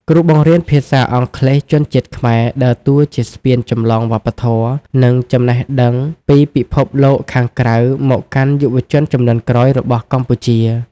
គ្រូបង្រៀនភាសាអង់គ្លេសជនជាតិខ្មែរដើរតួជាស្ពានចម្លងវប្បធម៌ និងចំណេះដឹងពីពិភពលោកខាងក្រៅមកកាន់យុវជនជំនាន់ក្រោយរបស់កម្ពុជា។